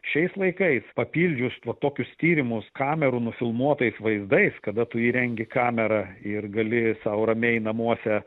šiais laikais papildžius va tokius tyrimus kamerų nufilmuotais vaizdais kada tu įrengi kamerą ir gali sau ramiai namuose